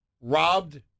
robbed